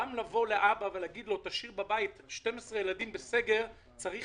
גם להגיד לאבא להשאיר בבית 12 ילדים בסגר צריך